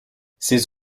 ses